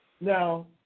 Now